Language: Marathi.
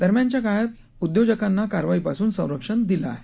दरम्यानच्या काळात उद्योजकांना कारवाईपासून संरक्षण दिलं आहे